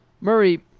Murray